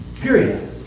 Period